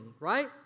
right